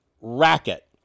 racket